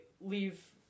leave